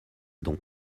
dans